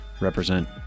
represent